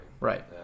Right